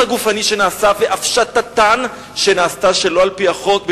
הגופני שנעשה ולהפשטתן שנעשתה שלא על-פי החוק.